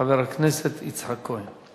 חבר הכנסת יצחק כהן.